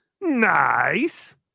nice